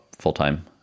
full-time